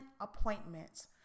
appointments